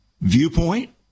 Viewpoint